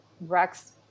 rex